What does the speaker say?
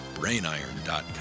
BrainIron.com